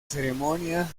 ceremonia